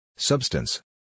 Substance